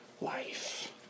Life